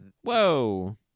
Whoa